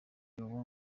iwawa